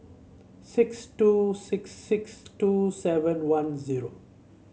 six two six six two seven one zero